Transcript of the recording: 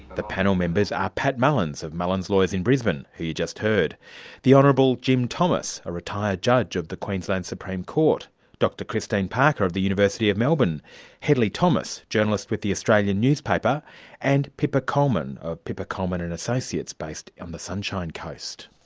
the panel members are pat mullins, of mullins lawyers in brisbane, who you just heard the hon. jim thomas, a retired judge of the queensland supreme court dr christine parker of the university of melbourne hedley thomas, journalist with the australian newspaper and pippa coleman of pippa coleman and associates based on the sunshine coast.